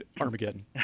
Armageddon